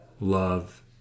love